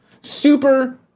Super